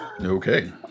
Okay